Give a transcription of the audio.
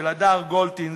של הדר גולדין,